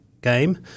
game